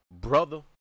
brother